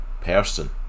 person